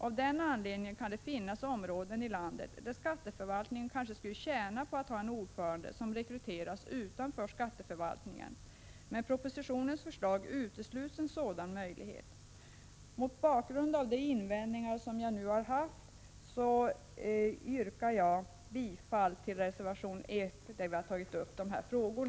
Av den anledningen kan det finnas områden i landet där skatteförvaltningen kanske skulle tjäna på att ha en ordförande som rekryterades utanför skatteförvaltningen. Med propositionens förlag utesluts en sådan möjlighet. 93 Mot bakgrund av de invändningar jag nu har anfört yrkar jag bifall till reservation 1, där vi har tagit upp dessa frågor.